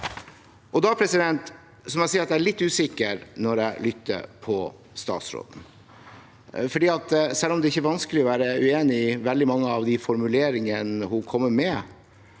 må jeg si at jeg er litt usikker når jeg lytter til statsråden, for selv om det ikke er vanskelig å være enig i veldig mange av formuleringene hun kommer med,